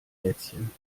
plätzchen